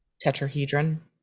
Tetrahedron